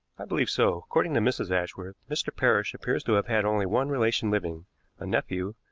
i believe so. according to mrs. ashworth, mr. parrish appears to have had only one relation living a nephew,